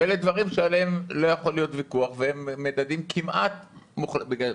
שאלה דברים שעליהם לא יכול להיות ויכוח והם מדדים כמעט מוחלטים.